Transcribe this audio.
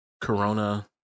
Corona